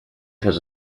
has